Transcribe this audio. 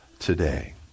today